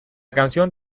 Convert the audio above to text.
canción